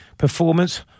performance